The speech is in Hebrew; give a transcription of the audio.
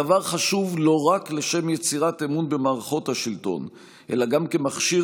הדבר חשוב לא רק לשם יצירת אמון במערכות השלטון אלא גם כמכשיר